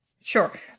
sure